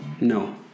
No